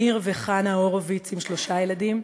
מאיר וחנה הורוביץ עם שלושה ילדים,